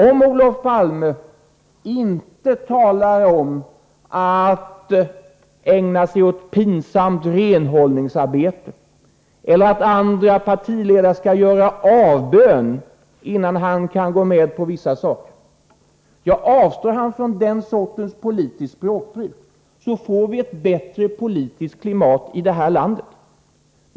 Om Olof Palme inte talar om att ägna sig åt ”pinsamt renhållningsarbete” eller kräver att andra partiledare skall ”göra avbön” innan han kan gå med på vissa saker utan avstår från den sortens språkbruk, får vi ett bättre politiskt klimat i landet.